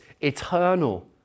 eternal